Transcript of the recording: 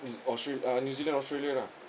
in austra~ uh new Zealand australia lah